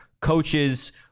coaches